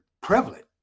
prevalent